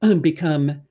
become